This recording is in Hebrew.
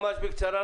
ממש בקצרה,